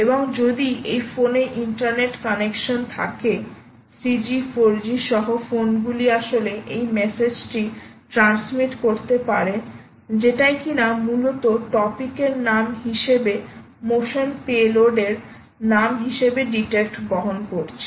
এবং যদি এই ফোনে ইন্টারনেট কানেকশন থাকে 3G 4G সহ ফোনগুলি আসলে এই মেসেজ টি ট্রান্সমিট করতে পারে যেটায় কিনা মূলত টপিক এর নাম হিসেবে মোশন পেলোড এর নাম হিসেবে ডিটেক্ট বহন করছে